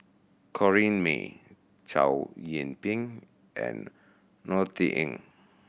Corrinne May Chow Yian Ping and Norothy Ng